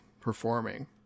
performing